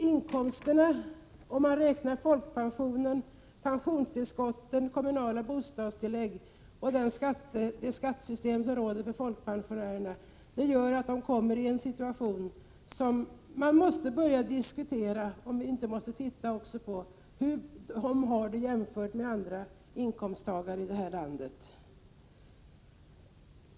Räknar man med folkpensionen, pensionstillskotten, kommunalt bostadstillägg och det skattesystem som gäller för folkpensionärerna, kommer dessa i ett läge som gör att man måste se hur de har det i jämförelse med andra inkomsttagare.